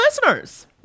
listeners